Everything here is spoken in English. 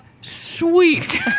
sweet